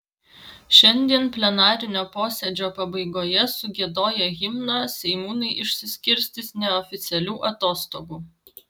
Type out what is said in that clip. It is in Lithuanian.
šiandien plenarinio posėdžio pabaigoje sugiedoję himną seimūnai išsiskirstys neoficialių atostogų